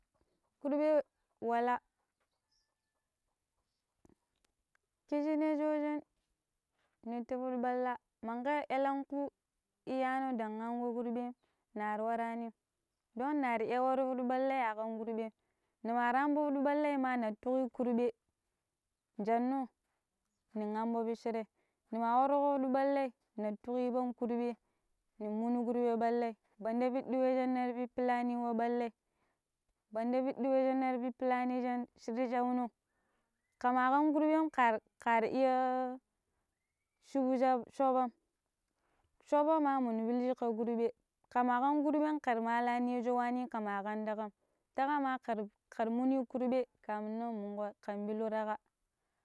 kurɓe wala, kijine shoojen ni ti piɗi ɓalla monkara elengku iiyana dang angko kurbem nari waraanim don naari iya waro piɗi ɓallai aƙam kurbem ni ma rango piɓi ɓallai ma na tuki kurbe janno ni hambo bishire nima kwaduƙo piɗi ɓallai nan tuku ban kurbe nim munu kurbei ɓallai banda be wei shina pippilani na ɓalle banda piddi wey shin na pippilani shira shauno ke ma kan kurbe kar kar iya shutu sha shofam, shofa ma minu pilshe ka kurbe kema kan kurben ke na maalani ya sho waani ka kan takan takan ma kar-kara munno kurbe kamun nan munƙo kan pillu taƙa